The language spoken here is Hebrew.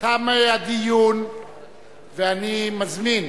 תם הדיון ואני מזמין